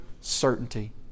certainty